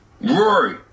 Rory